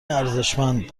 ارزشمند